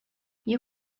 you